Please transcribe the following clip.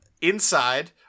Inside